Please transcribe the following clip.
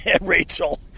Rachel